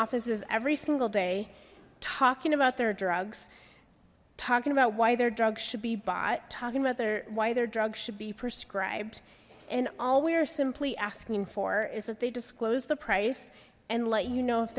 offices every single day talking about their drugs talking about why their drugs should be bought talking about their why their drugs should be prescribed and all we are simply asking for is that they close the price and let you know if